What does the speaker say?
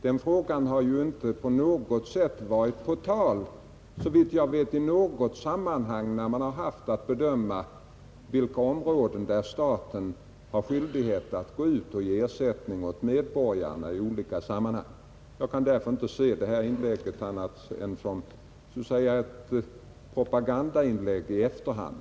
Den frågan har ju, såvitt jag vet, inte varit på tal i något sammanhang när man haft att bedöma på vilka områden staten har skyldighet att ge ersättning åt medborgarna. Jag kan därför inte uppfatta herr Wijkmans anförande som något annat än ett propagandainlägg i efterhand.